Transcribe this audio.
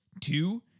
Two